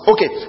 Okay